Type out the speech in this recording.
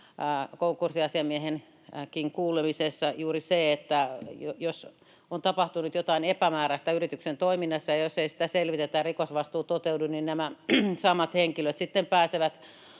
konkurssiasiamiehenkin kuulemisessa. Juuri se, että jos on tapahtunut jotain epämääräistä yrityksen toiminnassa ja jos ei sitä selvitetä ja rikosvastuu toteudu, niin nämä samat henkilöt sitten pääsevät